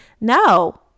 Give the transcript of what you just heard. no